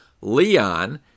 Leon